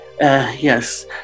yes